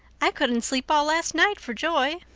i couldn't sleep all last night for joy.